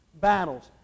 battles